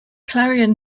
clarion